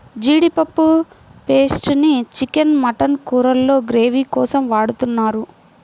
జీడిపప్పు పేస్ట్ ని chicken, mutton కూరల్లో గ్రేవీ కోసం వాడుతున్నారు